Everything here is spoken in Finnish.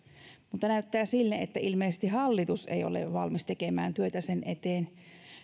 mutta näyttää siltä että ilmeisesti hallitus ei ole valmis tekemään työtä sen eteen